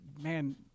man